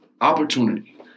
opportunity